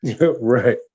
right